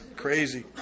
crazy